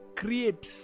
create